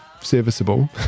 Serviceable